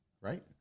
right